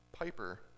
Piper